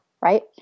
right